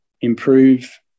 improve